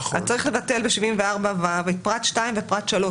אז צריך לבטל ב-74ו את פרט 2 ופרט 3,